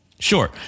Sure